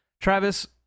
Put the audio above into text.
Travis